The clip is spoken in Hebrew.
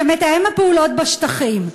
כשמתאם הפעולות בשטחים,